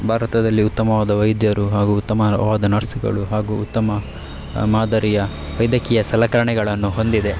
ಭಾರತದಲ್ಲಿ ಉತ್ತಮವಾದ ವೈದ್ಯರು ಹಾಗು ಉತ್ತಮವಾದ ನರ್ಸ್ಗಳು ಹಾಗು ಉತ್ತಮ ಮಾದರಿಯ ವೈದ್ಯಕೀಯ ಸಲಕರಣೆಗಳನ್ನು ಹೊಂದಿದೆ